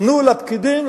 תנו לפקידים,